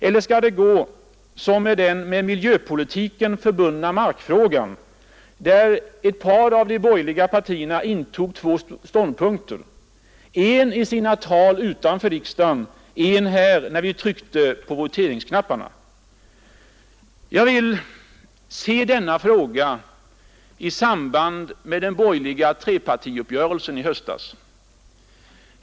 Eller skall det gå som i den med miljöpolitiken förbundna markfrågan, där ett par av de borgerliga partiernas ledamöter intog två ståndpunkter, en i sina tal utanför riksdagen, en här när vi tryckte på voteringsknapparna. Jag vill se denna fråga i samband med den borgerliga trepartiuppgörelsen i höstas.